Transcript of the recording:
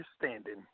standing